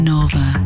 Nova